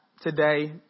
today